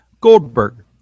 Goldberg